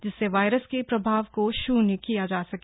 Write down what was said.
जिससे वायरस के प्रभाव को शून्य किया जा सके